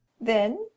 Then